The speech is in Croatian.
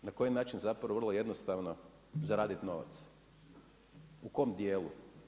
Na koji način zapravo vrlo jednostavno zaradit novac, u kom dijelu?